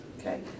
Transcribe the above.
Okay